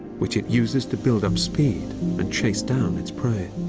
which it uses to build up speed and chase down its prey.